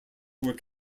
were